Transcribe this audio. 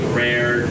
rare